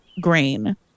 grain